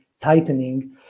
tightening